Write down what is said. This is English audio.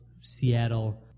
Seattle